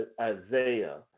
Isaiah